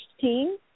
team